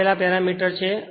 આ આપેલા પેરામીટર છે